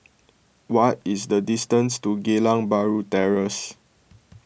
what is the distance to Geylang Bahru Terrace